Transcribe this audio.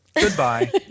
Goodbye